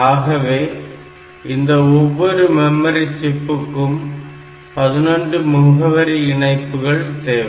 ஆகவே இந்த ஒவ்வொரு மெமரி சிப்புக்கும் 11 முகவரி இணைப்புகள் தேவை